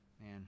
Man